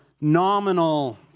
nominal